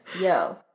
Yo